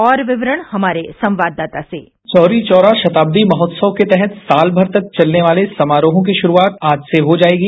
और विवरण हमारे संवाददाता से चौरी चौरा शताब्दी महोत्सव के तहत साल भर तक चलने वाले समारोहों की शुरूआत आज से हो जाएगी